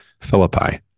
Philippi